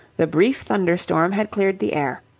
the brief thunderstorm had cleared the air.